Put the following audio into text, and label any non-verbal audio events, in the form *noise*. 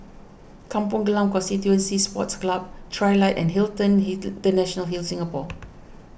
Kampong Glam Constituency Sports Club Trilight and Hilton *unintelligible* International Singapore